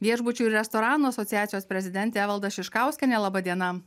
viešbučių ir restoranų asociacijos prezidentė evalda šiškauskienė laba diena